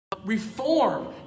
Reform